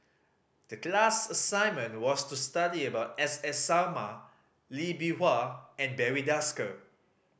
the class assignment was to study about S S Sarma Lee Bee Wah and Barry Desker